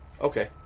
okay